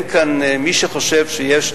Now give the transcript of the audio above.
מי שחושב שיש,